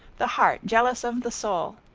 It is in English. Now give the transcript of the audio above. the heart jealous of the soul!